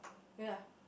ya